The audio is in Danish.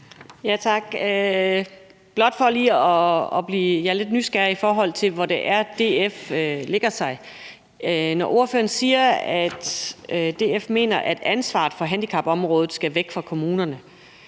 Matthiesen (V): Jeg er lidt nysgerrig, i forhold til hvor det er, DF lægger sig. Når ordføreren siger, at DF mener, at ansvaret for handicapområdet skal væk fra kommunerne,